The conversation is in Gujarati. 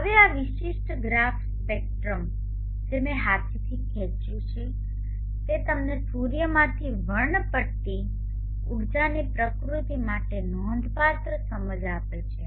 હવે આ વિશિષ્ટ ગ્રાફ સ્પેક્ટ્રમ જે મેં હાથથી ખેંચ્યું છે તે તમને સૂર્યમાંથી વર્ણપટ્ટી ઊર્જાની પ્રકૃતિ માટે નોંધપાત્ર સમજ આપે છે